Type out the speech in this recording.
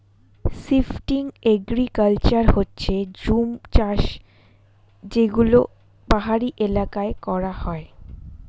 shifting agriculture হচ্ছে জুম চাষ যেগুলো পাহাড়ি এলাকায় করা হয়